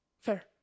Fair